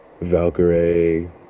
Valkyrie